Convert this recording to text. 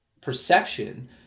perception